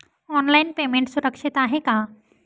Online payment सुरक्षित आहे का?